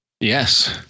Yes